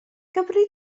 gymri